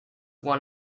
one